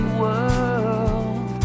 world